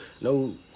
no